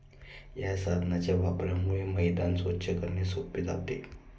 या साधनाच्या वापरामुळे मैदान स्वच्छ करणे सोपे जाते